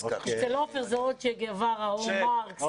אצל עופר זה או צ'ה גווארה או מרקס.